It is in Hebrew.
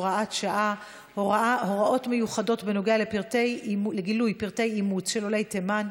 הוראת שעה) (הוראות מיוחדות בניגוע לגילוי פרטי אימוץ של עולי תימן,